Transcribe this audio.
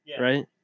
right